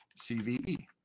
CVE